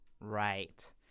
Right